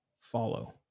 follow